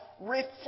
reflect